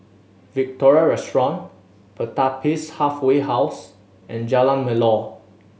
Victoria Restaurant Pertapis Halfway House and Jalan Melor